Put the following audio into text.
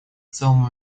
целом